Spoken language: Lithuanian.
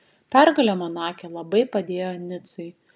pergalė monake labai padėjo nicui